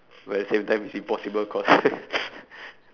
but at the same time it's impossible cause